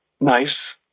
nice